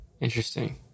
Interesting